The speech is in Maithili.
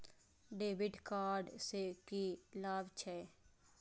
डेविट कार्ड से की लाभ छै?